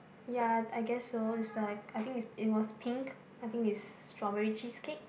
ya I I guess so is like I think it's it was pink I think is strawberry cheesecake